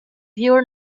viewer